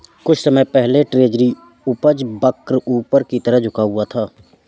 कुछ समय पहले ट्रेजरी उपज वक्र ऊपर की तरफ झुका हुआ था